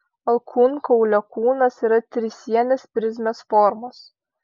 alkūnkaulio kūnas yra trisienės prizmės formos